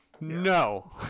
No